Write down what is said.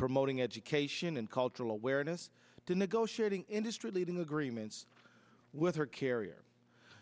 promoting education and cultural awareness to negotiating industry leading agreements with her carrier